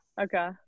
Okay